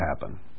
happen